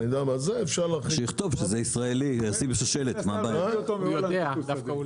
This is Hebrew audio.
שיגידו לי איפה לא צריכים.